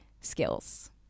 skills